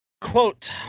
Quote